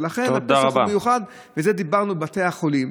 לכן, דיברנו על בתי החולים.